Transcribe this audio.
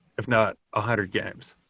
if not a hundred games,